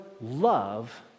love